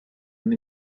and